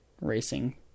racing